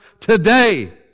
today